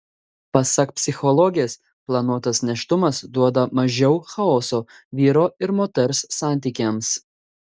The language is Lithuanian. pasak psichologės planuotas nėštumas duoda mažiau chaoso vyro ir moters santykiams